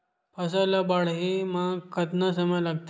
फसल ला बाढ़े मा कतना समय लगथे?